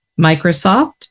Microsoft